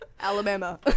Alabama